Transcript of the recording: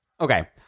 okay